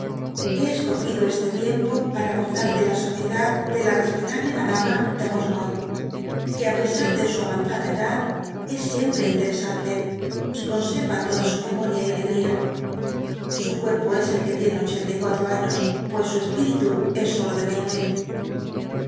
lié escogido este tiempo para gozar de la sociedad de la respetable madama de rosemonde que á pesar de su avanzada edad es siempre interesante y conserva toda su memoria y alegría su cuerpo e el que tiene ochenta y quatro años pues su espíritu es solo de veinte